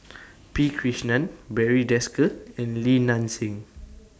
P Krishnan Barry Desker and Li Nanxing